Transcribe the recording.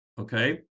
Okay